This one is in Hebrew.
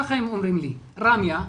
ככה הם אומרים: "ראמיה",